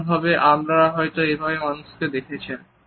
উদাহরণস্বরূপ আপনারা হয়তো এরকম মানুষ দেখেছেন